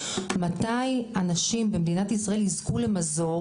מתי אנשים במדינת ישראל יזכו למזור